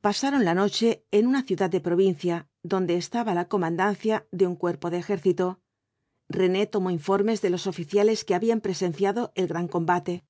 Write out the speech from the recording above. pasaron la noche en una ciudad de provincia donde estaba la comandancia de un cuerpo de ejército rene tomó informes de los oficiales que habían presenciado el gran combate